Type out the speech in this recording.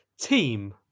Team